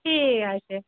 ঠিক আছে